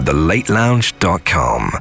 TheLateLounge.com